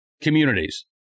communities